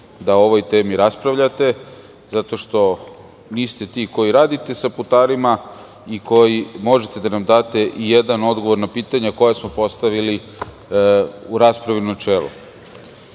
da o ovoj temi raspravljate, zato što niste ti koji rade sa putarima i koji može da nam da ijedan odgovor na pitanja koja smo postavili u raspravi u